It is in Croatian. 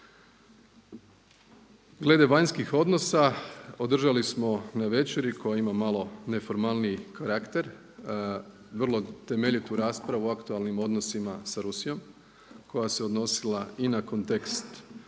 Glede vanjskih odnosa održali smo na večeri koja ima malo neformalniji karakter vrlo temeljitu raspravu o aktualnim odnosima s Rusijom koja se odnosila i na kontekst